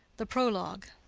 the prologue